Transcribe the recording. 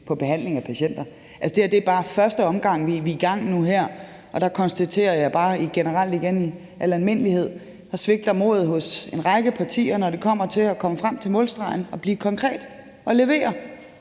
på behandlingen af patienter. Det er bare første omgang, vi nu er i gang med her, og der konstaterer jeg bare generelt igen i al almindelighed, at modet svigter hos en række partier, når det kommer til at komme frem til målstregen og blive konkret og levere.